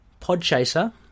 Podchaser